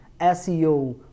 seo